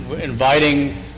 inviting